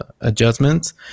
adjustments